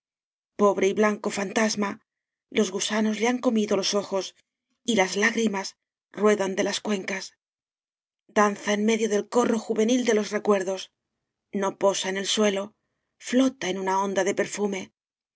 pobre y blanco fantasma los gusanos le han comido los ojos y las lágrimas ruedan de las cuen cas danza en medio del corro juvenil de los recuerdos no posa en el suelo ilota en una onda de perfume